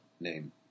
name